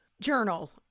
journal